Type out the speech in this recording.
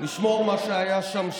נשמור מה שהיה שם שם.